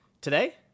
today